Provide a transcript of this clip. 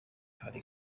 hari